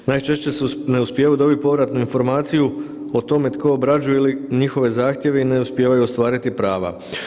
Najčešće su ne uspijevaju dobiti povratnu informaciju o tome tko obrađuje ili njihove zahtjeve i ne uspijevaju ostvariti prava.